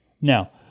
Now